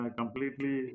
completely